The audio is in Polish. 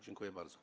Dziękuję bardzo.